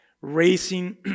racing